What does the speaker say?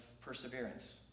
perseverance